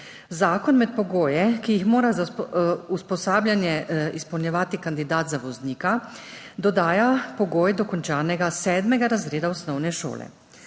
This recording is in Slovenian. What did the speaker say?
Zakon med pogoje, ki jih mora za usposabljanje izpolnjevati kandidat za voznika, dodaja pogoj dokončanega sedmega razreda osnovne šole.